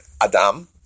Adam